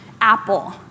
Apple